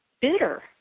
bitter